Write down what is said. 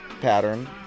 pattern